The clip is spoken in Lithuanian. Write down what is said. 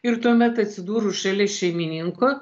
ir tuomet atsidūrus šalia šeimininko